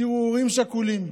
השאירו הורים שכולים,